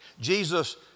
Jesus